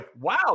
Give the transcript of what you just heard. Wow